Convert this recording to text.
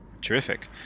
Terrific